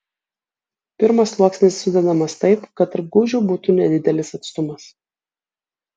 pirmas sluoksnis sudedamas taip kad tarp gūžių būtų nedidelis atstumas